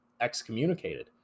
excommunicated